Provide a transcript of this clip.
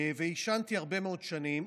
עישנתי הרבה מאוד שנים,